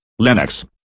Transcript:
Linux